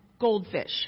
goldfish